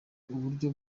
uburyo